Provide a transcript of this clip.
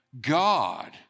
God